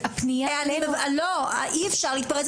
אני מעבירה